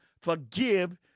forgive